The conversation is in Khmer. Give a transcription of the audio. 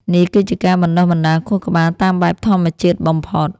នេះគឺជាការបណ្តុះបណ្តាលខួរក្បាលតាមបែបធម្មជាតិបំផុត